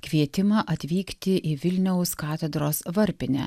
kvietimą atvykti į vilniaus katedros varpinę